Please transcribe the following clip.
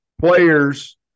players